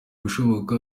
ibishoboka